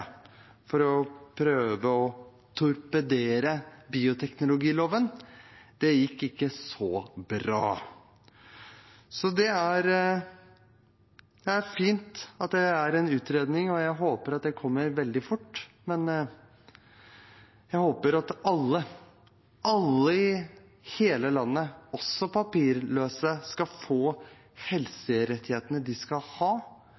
for å prøve å torpedere bioteknologiloven. Det gikk ikke så bra. Det er fint at det kommer en utredning. Jeg håper den kommer veldig fort, og jeg håper at alle, alle i hele landet, også papirløse, skal få de helserettighetene og menneskerettighetene de skal ha.